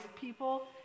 people